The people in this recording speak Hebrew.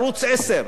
ערוץ-2,